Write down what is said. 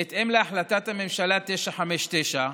בהתאם להחלטת הממשלה 959,